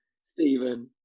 Stephen